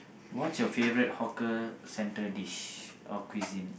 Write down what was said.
what's your favourite hawker centre dish or cuisine